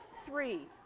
Three